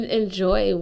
enjoy